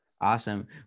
Awesome